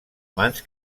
mans